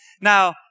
Now